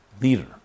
leader